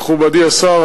מכובדי השר,